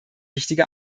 wichtige